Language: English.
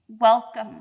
Welcome